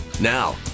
Now